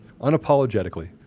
unapologetically